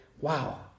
Wow